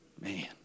Man